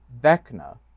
Vecna